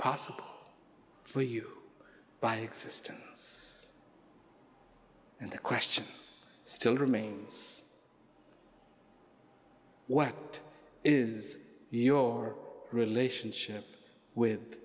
possible for you by existence and the question still remains what is your relationship with